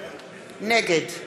גזענות ודברים פוגעניים שנגדם